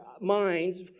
minds